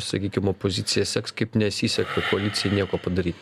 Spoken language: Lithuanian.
sakykim opozicija seks kaip nesiseka koalicijai nieko padaryt